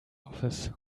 office